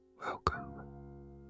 Welcome